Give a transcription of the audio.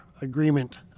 agreement